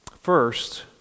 First